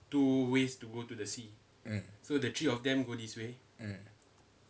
mm